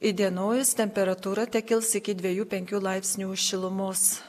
įdienojus temperatūra tekils iki dvejų penkių laipsnių šilumos